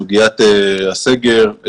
סוגיית הסגר,